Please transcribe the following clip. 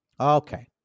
Okay